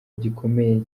gikomeye